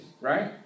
right